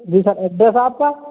जी sir address आपका